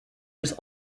was